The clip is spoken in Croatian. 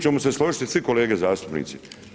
Tu ćemo se složiti svi kolege zastupnici.